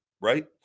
right